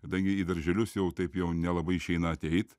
kadangi į darželius jau taip jau nelabai išeina ateit